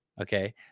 Okay